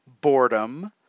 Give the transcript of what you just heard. boredom